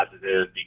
positive